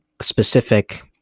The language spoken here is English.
specific